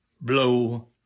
blow